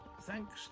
thanks